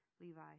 Levi